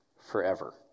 forever